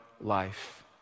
life